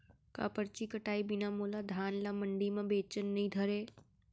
का परची कटाय बिना मोला धान ल मंडी म बेचन नई धरय?